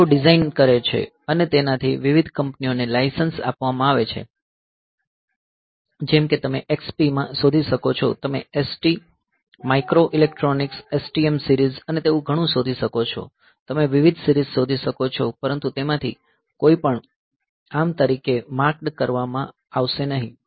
તેઓ ડિઝાઇન કરે છે અને તેનાથી વિવિધ કંપનીઓને લાઇસન્સ આપવામાં આવે છે જેમ કે તમે XP માં શોધી શકો છો તમે ST micro electronics STM series અને તેવું ઘણું શોધી શકો છો તમે વિવિધ સીરિઝ શોધી શકો છો પરંતુ તેમાંથી કોઈ પણ ARM તરીકે માર્ક્ડ કરવામાં આવશે નહીં